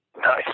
Nice